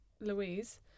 Louise